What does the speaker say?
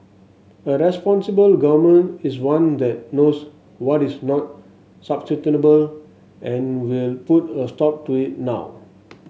a responsible Government is one that knows what is not sustainable and will put a stop to it now